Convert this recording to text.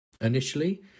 initially